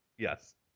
yes